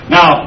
Now